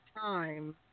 time